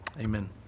amen